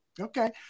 Okay